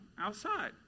outside